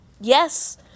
Yes